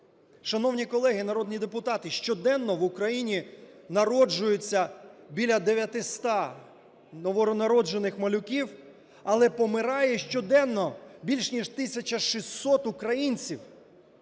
Шановні колеги народні депутати, щоденно в Україні народжується біля 900 новонароджених малюків, але помирає щоденно більш ніж 1600 українців.